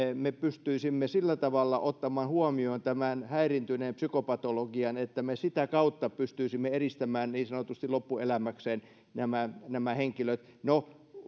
me pystyisimme sillä tavalla ottamaan huomioon tämän häiriintyneen psykopatologian että me sitä kautta pystyisimme eristämään niin sanotusti loppuelämäkseen nämä nämä henkilöt no